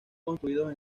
construidos